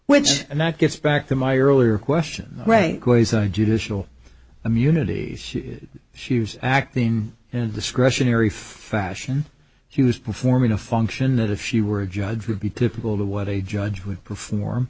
which and that gets back to my earlier question re judicial immunity she was acting in discretionary fashion she was performing a function that if she were a judge would be typical of what a judge would perform